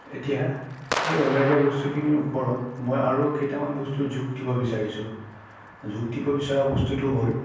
এতিয়া সেই অৰ্ডাৰ দিয়া বস্তুখিনিৰ ওপৰত মই আৰু কেইটামান বস্তু যোগ দিব বিচাৰিছোঁ যোগ দিব বিচৰা বস্তুটো হ'ল